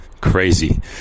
Crazy